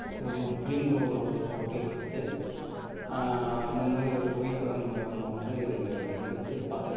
so film ரோலை உள்ளே போட்டு எடுத்து அந்த மாதிரி ஒரு புகைப்படங்களை நம்ம வந்து எடுத்து பார்த்துட்டு இருந்தோம்